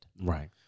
right